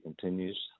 continues